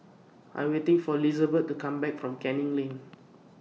I Am waiting For Lizabeth to Come Back from Canning Lane